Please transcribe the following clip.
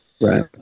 Right